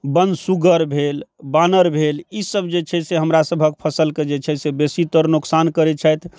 बनसुगर भेल बानर भेल ई सब जे छै से हमरा सभक फसलके जे छै से बेसीतर नुकसान करै छथि